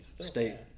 state